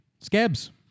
scabs